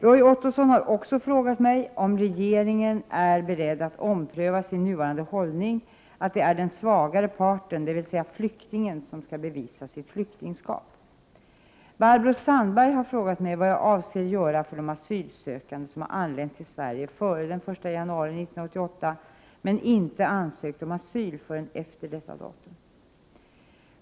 Roy Ottosson har också frågat mig om regeringen är beredd att ompröva sin nuvarande hållning att det är den svagare parten, dvs. flyktingen, som skall bevisa sitt flyktingskap. Barbro Sandberg har frågat mig vad jag avser göra för de asylsökande som anlänt till Sverige före den 1 januari 1988 men inte ansökt om asyl förrän efter detta datum.